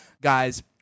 guys